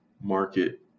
market